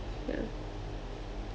ya